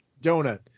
donut